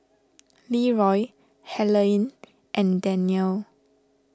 Leeroy Helaine and Daniele